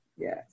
Yes